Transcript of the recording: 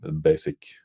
basic